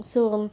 so